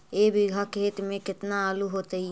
एक बिघा खेत में केतना आलू होतई?